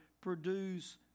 produce